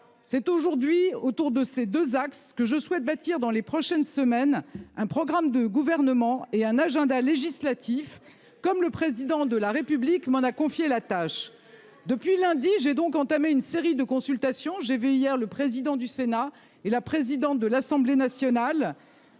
C'est aujourd'hui autour de ces 2 axes, ce que je souhaite bâtir dans les prochaines semaines un programme de gouvernement et un agenda législatif comme le président de la République m'en a confié la tâche depuis lundi. J'ai donc entamé une série de consultations. J'ai vu hier le président du Sénat et la présidente de l'Assemblée nationale.